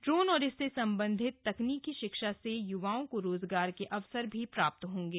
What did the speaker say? drone और इससे सम्बन्धित तकनीकी शिक्षा से युवाओं को रोजगार के अवसर भी प्राप्त होंगे